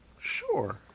Sure